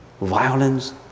violence